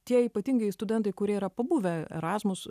tie ypatingai studentai kurie yra pabuvę erasmus